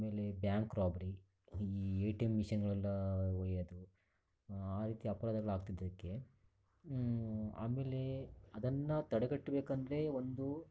ಆಮೇಲೆ bank robbery ಈ A T M ಮಿಷನ್ಗಳೆಲ್ಲ ಒಯ್ಯೋದು ಆ ರೀತಿ ಅಪರಾಧಗಳು ಆಗ್ತಿದ್ದಕ್ಕೆ ಆಮೇಲೆ ಅದನ್ನು ತಡೆಗಟ್ಬೇಕಂತಲೇ ಒಂದು